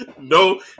No